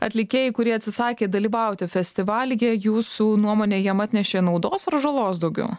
atlikėjai kurie atsisakė dalyvauti festivalyje jūsų nuomonė jam atnešė naudos ar žalos daugiau